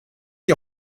die